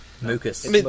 Mucus